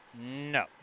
No